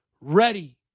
ready